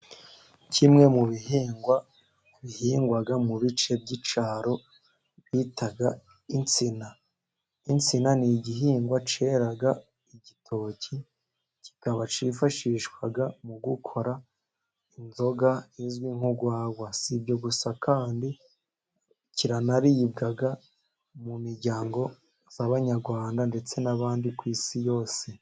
Kimwe mu bihingwa bihingwaga mu bice by'icaro bita insina, insina ni igihingwa kera igitoki kikaba kifashishwa mu gukora inzoga izwi nk'urwagwa, sibyo gusa kandi kiranaribwa mu miryango y'abanyarwanda ndetse n'abandi ku isi yose.